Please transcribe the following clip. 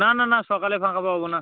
না না না সকালে ফাঁকা পাবো না